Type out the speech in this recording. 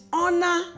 honor